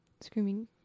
screaming